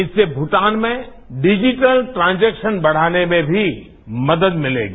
इससे भूटान में digital transaction बढ़ाने में भी मदद मिलेगी